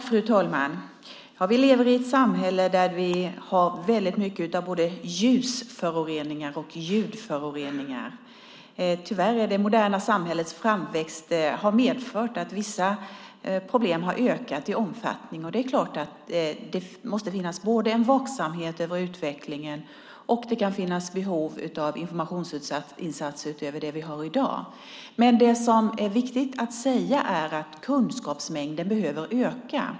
Fru talman! Vi lever i ett samhälle där det finns mycket av både ljus och ljudföroreningar. Tyvärr har det moderna samhällets framväxt medfört att vissa problem har ökat i omfattning. Det måste finnas en vaksamhet över utvecklingen, och det kan också finnas ett behov av informationsinsatser utöver vad vi har i dag. Men det är viktigt att framhålla att kunskapsmängden behöver öka.